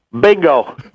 Bingo